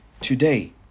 today